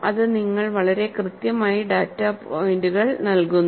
അത് നിങ്ങൾക്ക് വളരെ വ്യക്തമായി ഡാറ്റ പോയിന്റുകൾ നൽകുന്നു